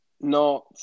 No